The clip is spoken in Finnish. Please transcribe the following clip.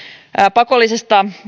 pakollisesta